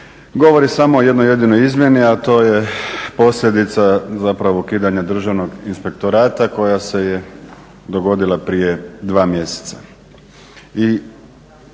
govori samo o jednoj jedinoj izmjeni, a to je posljedica zapravo ukidanja Državnog inspektorata koja se dogodila prije dva mjeseca